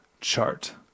chart